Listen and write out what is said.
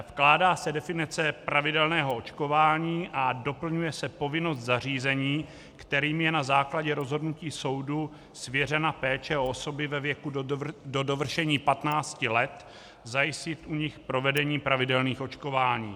Vkládá se definice pravidelného očkování a doplňuje se povinnost zařízení, kterým je na základě rozhodnutí soudu svěřena péče o osoby ve věku do dovršení 15 let, zajistit u nich provedení pravidelných očkování.